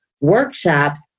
workshops